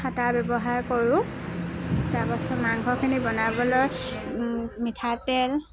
হাতা ব্যৱহাৰ কৰোঁ তাৰপিছত মাংসখিনি বনাবলৈ মিঠাতেল